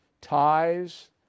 ties